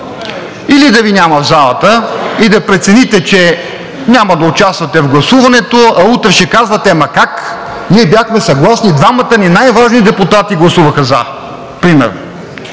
сега да Ви няма в залата и да прецените, че няма да участвате в гласуването, а утре ще казвате: ама как, ние бяхме съгласни, двамата ни най-важни депутати гласуваха „за“; или